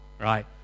right